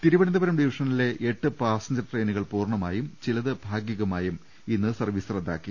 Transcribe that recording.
തിരുവനന്തപുരം ഡിവിഷനിലെ എട്ട് പാസഞ്ചൂർ ട്രെയിനുകൾ പൂർണമായും ചിലത് ഭാഗികമായും ഇന്ന് സർവ്വീസ് റദ്ദാക്കി